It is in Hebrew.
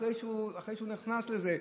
אחרי שהוא נכנס לזה.